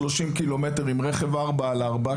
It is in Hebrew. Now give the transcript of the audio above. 30 קילומטר עם רכב ארבע על ארבע,